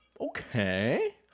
Okay